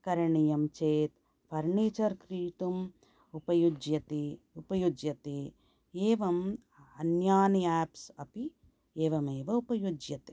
करणीयं चेत् फ़र्नीचर् क्रीतुं उपयुज्यते एवं अन्यानि आप्स् अपि एवमेव उपयुज्यते